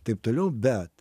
taip toliau bet